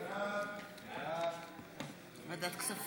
ההצעה להעביר את הצעת חוק לתיקון פקודת מס הכנסה